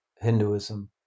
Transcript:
Hinduism